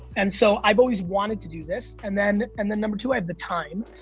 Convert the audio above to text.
and so i've always wanted to do this. and then and then number two, i have the time.